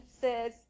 says